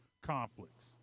conflicts